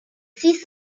six